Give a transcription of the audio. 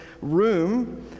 room